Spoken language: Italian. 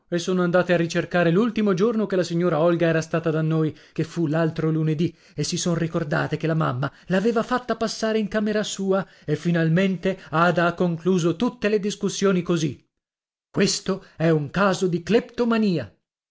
e sono andate a ricercare l'ultimo giorno che la signora olga era stata da noi che fu l'altro lunedì e si son ricordate che la mamma l'aveva fatta passare in camera sua e finalmente ada ha concluso tutte le discussioni così questo è un caso di